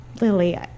Lily